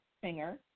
singer